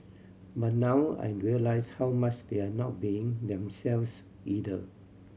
but now I realise how much they're not being themselves either